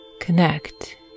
Connect